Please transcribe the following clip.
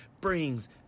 brings